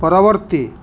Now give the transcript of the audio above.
ପରବର୍ତ୍ତୀ